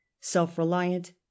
self-reliant